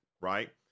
right